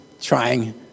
trying